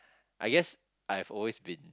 I guess I've always been